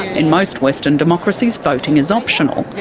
in most western democracies voting is optional,